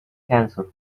cancer